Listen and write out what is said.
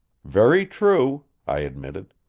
very true, i admitted.